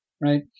right